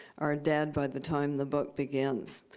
are dead by the time the book begins.